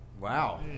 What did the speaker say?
Wow